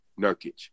Nurkic